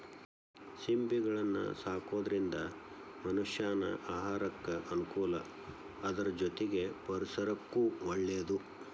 ಸಿಂಪಿಗಳನ್ನ ಸಾಕೋದ್ರಿಂದ ಮನಷ್ಯಾನ ಆಹಾರಕ್ಕ ಅನುಕೂಲ ಅದ್ರ ಜೊತೆಗೆ ಪರಿಸರಕ್ಕೂ ಒಳ್ಳೇದು